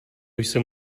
jsem